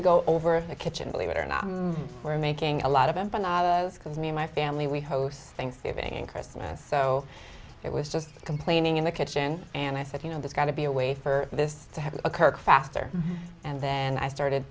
ago over the kitchen believe it or not we're making a lot of it but because me and my family we hosted thanksgiving and christmas so it was just complaining in the kitchen and i said you know there's got to be a way for this to have occurred faster and then i started